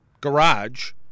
garage